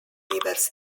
rivers